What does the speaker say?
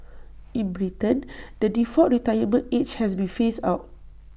in Britain the default retirement age has been phased out